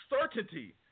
certainty